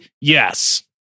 yes